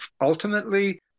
ultimately